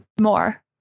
more